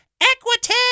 equity